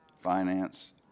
finance